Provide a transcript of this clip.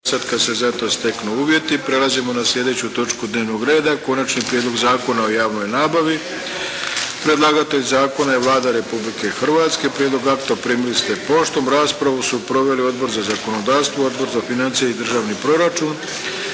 **Arlović, Mato (SDP)** Prelazimo na slijedeću točku dnevnog reda. 24. Konačni prijedlog Zakona o javnoj nabavi, drugo čitanje, P.Z.E. br. 694 Predlagatelj zakona je Vlada Republike Hrvatske. Prijedlog akta primili ste poštom. Raspravu su proveli Odbor za zakonodavstvo, Odbor za financije i državni proračun